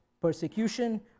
persecution